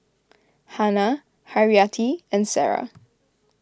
Hana Haryati and Sarah